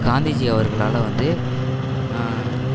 காந்திஜி அவர்களால் வந்து